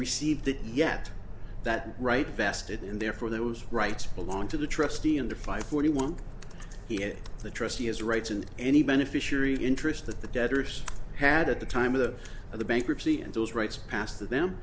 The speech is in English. received it yet that right vested and therefore those rights belong to the trustee under five forty one he is the trustee has rights and any beneficiary interest that the debtors had at the time of the bankruptcy and those rights pass